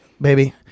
baby